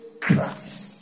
Christ